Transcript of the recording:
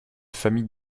famille